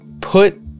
put